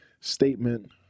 statement